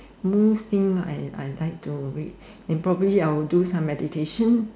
most think I I like to read and probably I would do some meditation